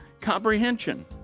comprehension